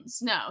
no